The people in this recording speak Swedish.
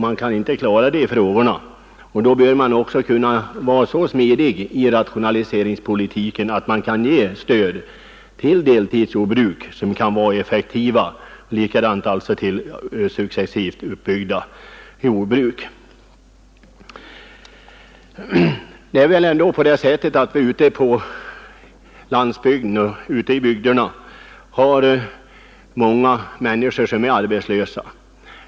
Man bör då också kunna vara så smidig i bedrivandet av rationaliseringspolitiken att man kan ge stöd till deltidsjordbruk — som också kan vara effektiva — liksom till successivt uppbyggda jordbruk. Ute i bygderna finns många människor som är arbetslösa.